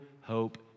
hope